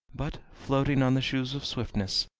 but, floating on the shoes of swiftness,